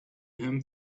him